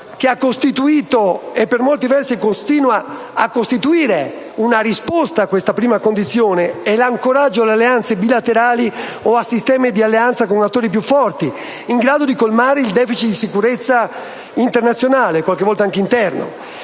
che ha costituito e per molti versi continua a costituire una risposta a questa prima condizione, è l'ancoraggio alle alleanze bilaterali o a sistemi di alleanza con attori più forti, in grado di colmare il *deficit* di sicurezza, internazionale e qualche volta anche interno.